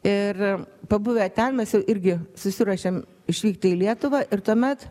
ir pabuvę ten mes jau irgi susiruošėm išvykti į lietuvą ir tuomet